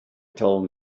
told